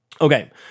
Okay